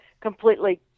completely